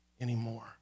anymore